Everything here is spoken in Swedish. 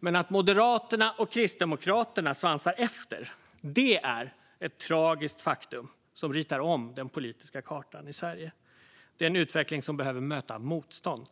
Men att Moderaterna och Kristdemokraterna svansar efter, det är ett tragiskt faktum som ritar om den politiska kartan i Sverige. Det är en utveckling som behöver möta motstånd.